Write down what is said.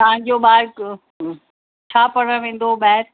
तव्हांजो ॿारु क ह छा पढ़णु वेंदो ॿाहिरि